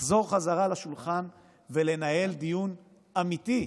לחזור חזרה לשולחן ולנהל דיון אמיתי,